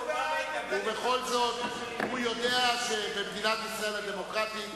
הוא יודע שבמדינת ישראל הדמוקרטית,